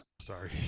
Sorry